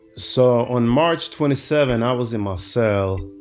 so on march twenty seven, i was in my cell,